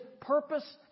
purpose